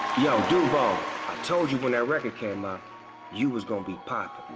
yo, duval. i told you when that record came out you was gonna be poppin'.